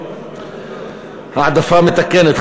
5. העדפה מתקנת,